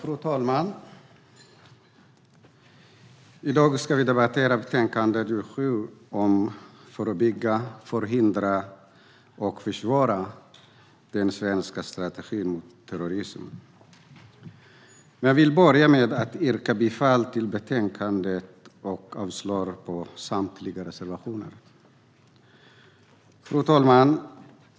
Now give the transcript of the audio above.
Fru talman! I dag ska vi debattera betänkandet JuU7 Förebygga, för hindra och försvåra - den svenska strategin mot terrorism . Jag börjar med att yrka bifall till förslaget i betänkandet och avslag på samtliga reservationer. Fru talman!